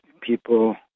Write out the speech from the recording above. people